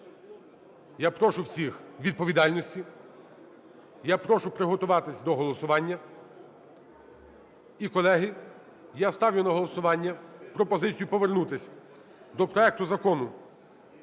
Я прошу всіх відповідальності. Я прошу приготуватися до голосування. І, колеги, я ставлю на голосування пропозицію повернутися до проекту Закону